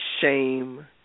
shame